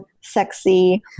sexy